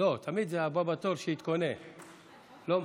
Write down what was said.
עד שלוש דקות לרשותך, אדוני.